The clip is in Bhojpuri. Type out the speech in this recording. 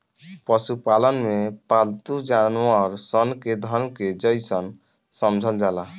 पशुपालन में पालतू जानवर सन के धन के जइसन समझल जाला